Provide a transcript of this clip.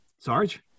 Sarge